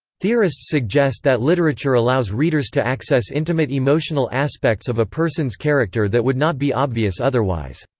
theorists suggest that literature allows readers to access intimate emotional aspects of a person's character that would not be obvious otherwise.